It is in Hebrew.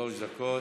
שלוש דקות.